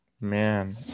man